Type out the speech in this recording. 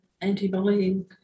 anti-bullying